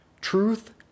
Truth